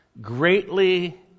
Greatly